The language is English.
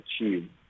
achieve